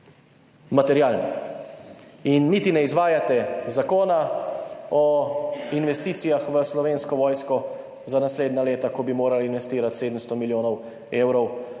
Niti ne izvajate Zakona o investicijah v Slovensko vojsko za naslednja leta, ko bi morali investirati 700 milijonov evrov,